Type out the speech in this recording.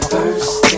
First